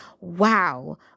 wow